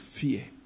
fear